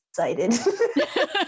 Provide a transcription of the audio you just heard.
excited